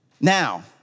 Now